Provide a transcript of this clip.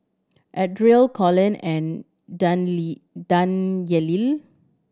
Ardell Collins and Danyelle